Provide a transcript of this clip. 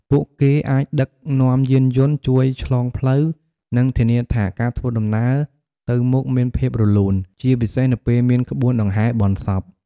ពួកគេអាចដឹកនាំយានយន្ត ជួយឆ្លងផ្លូវ និងធានាថាការធ្វើដំណើរទៅមកមានភាពរលូន ជាពិសេសនៅពេលមានក្បួនដង្ហែបុណ្យសព។